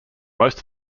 most